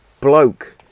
bloke